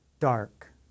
Dark